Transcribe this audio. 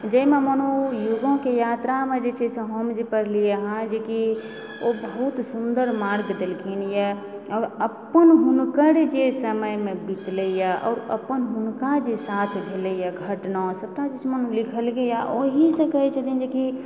जैमे युगोके यात्रामे जे छै से हम जे पढ़लियै हइ जे कि ओ बहुत सुन्दर मार्ग देलखिन यऽ अपन हुनकर जे समयमे बितलइए अपन हुनका जे साथ भेलइए घटना सब टा ओइ बीचमे लिखलकइ यऽ ओहीसँ कहय छथिन जे कि